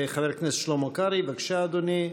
חבר הכנסת שלמה קרעי, בבקשה, אדוני.